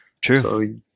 True